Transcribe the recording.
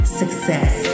success